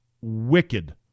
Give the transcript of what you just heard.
wicked